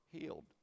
healed